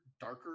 darker